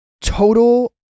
total